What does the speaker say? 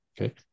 Okay